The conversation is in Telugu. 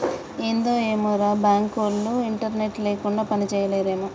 ఏందో ఏమోరా, బాంకులోల్లు ఇంటర్నెట్ లేకుండ పనిజేయలేరేమో